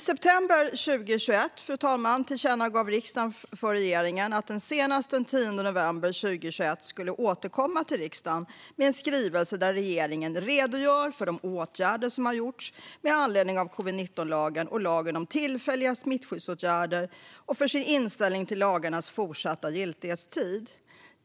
I september 2021 tillkännagav riksdagen för regeringen att den senast den 10 november 2021 skulle återkomma till riksdagen med en skrivelse där regeringen redogör för de åtgärder som har vidtagits med anledning av covid-19-lagen och lagen om tillfälliga smittskyddsåtgärder och för sin inställning till lagarnas fortsatta giltighetstid.